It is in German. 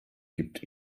gibt